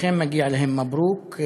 לכן מגיע להם מברוכ,